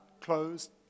closed